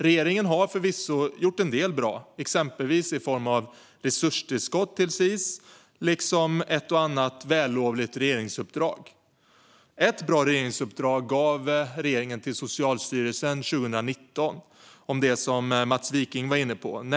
Regeringen har förvisso gjort en del bra saker, exempelvis resurstillskott till Sis och ett och annat vällovligt regeringsuppdrag. Ett bra regeringsuppdrag gav regeringen till Socialstyrelsen 2019. Det gäller det som Mats Wiking var inne på.